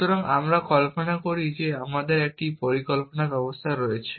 সুতরাং আমরা কল্পনা করি যে আমাদের একটি পরিকল্পনা ব্যবস্থা রয়েছে